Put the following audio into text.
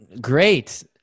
Great